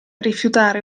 rifiutare